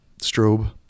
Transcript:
strobe